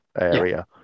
area